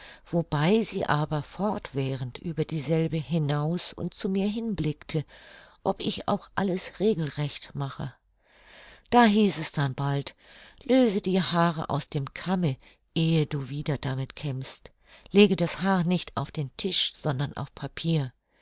wobei sie aber fortwährend über dieselbe hinaus und zu mir hin blickte ob ich auch alles regelrecht mache da hieß es denn bald löse die haare aus dem kamme ehe du wieder damit kämmst lege das haar nicht auf den tisch sondern auf papier